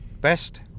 best